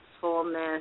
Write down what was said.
fullness